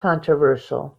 controversial